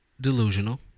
delusional